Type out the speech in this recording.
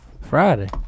Friday